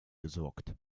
gesorgt